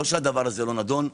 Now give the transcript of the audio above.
לא שזה לא נדון.